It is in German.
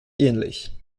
ähnlich